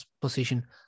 position